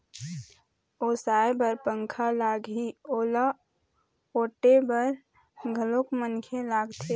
ओसाय बर पंखा लागही, ओला ओटे बर घलोक मनखे लागथे